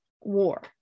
war